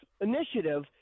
initiative